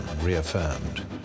reaffirmed